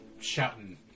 shouting